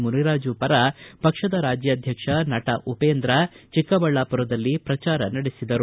ಮುನಿರಾಜು ಪರ ಪಕ್ಷದ ರಾಜ್ಯಾಧ್ಯಕ್ಷ ನಟ ಉಪೇಂದ್ರ ಚಿಕ್ಕಬಳ್ಳಾಪುದಲ್ಲಿ ಪ್ರಚಾರ ನಡೆಸಿದರು